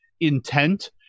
intent